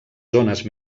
zones